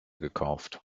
gekauft